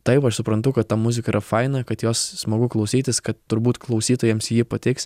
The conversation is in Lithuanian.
taip aš suprantu kad ta muzika yra faina kad jos smagu klausytis kad turbūt klausytojams ji patiks